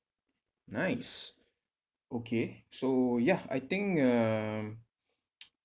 nice okay so yeah I think um